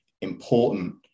important